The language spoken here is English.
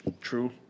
True